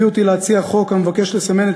הביאו אותי להציע חוק המבקש לסמן את